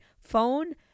phone